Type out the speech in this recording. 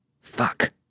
Fuck